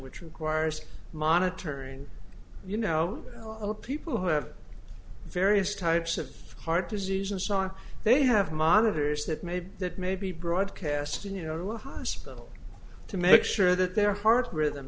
which requires monitoring you know people who have various types of heart disease and so on they have monitors that maybe that may be broadcasting you know hospital to make sure that their heart rhythm